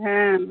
हाँ